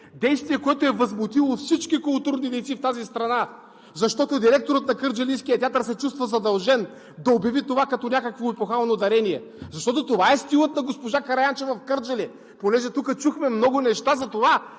действие, което е възмутило всички културни дейци в тази страна, защото директорът на кърджалийския театър се чувства задължен да обяви това като някакво епохално дарение?! Защото това е стилът на госпожа Караянчева в Кърджали. Понеже тук чухме много неща за това